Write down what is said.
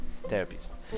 therapist